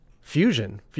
Fusion